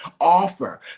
offer